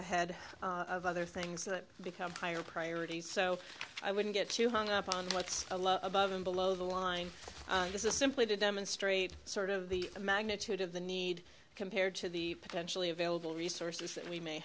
ahead of other things that become higher priorities so i wouldn't get too hung up on what's above and below the line this is simply to demonstrate sort of the magnitude of the need compared to the potentially available resources that we may